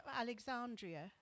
Alexandria